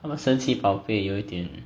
他们生气宝贝有一点